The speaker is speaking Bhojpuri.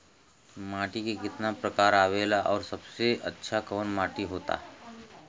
माटी के कितना प्रकार आवेला और सबसे अच्छा कवन माटी होता?